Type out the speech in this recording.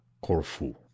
Corfu